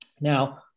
Now